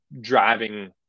driving